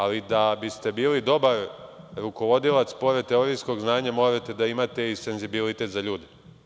Ali, da biste bili dobar rukovodilac, pored teorijskog znanja morate da imate i senzibilitet za ljude.